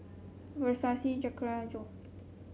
Vessie Zachariah and Joey